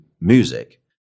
music